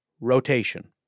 Rotation